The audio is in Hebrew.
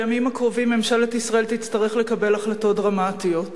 בימים הקרובים ממשלת ישראל תצטרך לקבל החלטות דרמטיות.